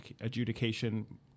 adjudication